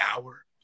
hour